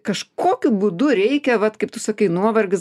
kažkokiu būdu reikia vat kaip tu sakai nuovargis